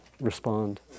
respond